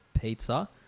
pizza